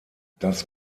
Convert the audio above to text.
das